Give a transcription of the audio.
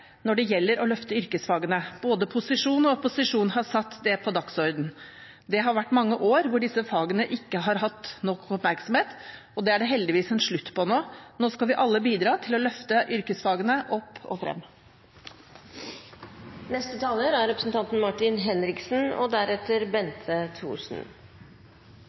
når det gjelder å løfte yrkesfagene. Både posisjon og opposisjon har satt det på dagsordenen. Det har vært mange år hvor disse fagene ikke har hatt nok oppmerksomhet, og det er det heldigvis en slutt på nå. Nå skal vi alle bidra til å løfte yrkesfagene opp og frem. Vi må sikre at samfunnet har den kompetansen og